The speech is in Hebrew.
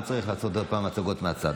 לא צריך לעשות עוד פעם הצגות מהצד.